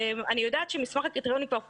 אני יודעת שמסמך הקריטריונים כבר פורסם,